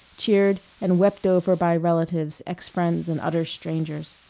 cheered, and wept over by relatives, ex-friends, and utter strangers.